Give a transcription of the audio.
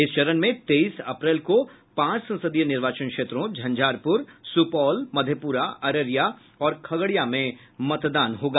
इस चरण में तेईस अप्रैल को पांच संसदीय निर्वाचन क्षेत्रों झंझारपुर सुपौल मधेपुरा अररिया और खगडिया में मतदान होगा